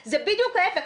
זה בדיוק ההיפך,